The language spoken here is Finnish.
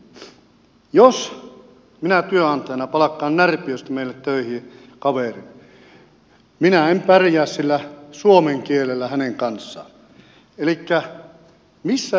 jos minä työnantajana palkkaan närpiöstä meille töihin kaverin minä en pärjää suomen kielellä hänen kanssaan